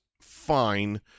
fine